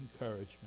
encouragement